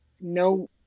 no